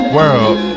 World